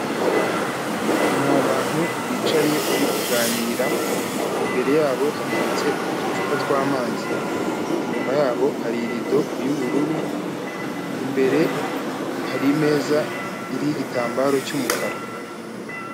Ni abantu bicaye bari kuganira, imbere yabo hateretse uducupa tw'amazi, inyuma yabo hari irido y'ubururu, imbere hari imeza iriho igitambaro cy'umukara.